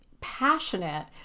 passionate